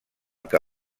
què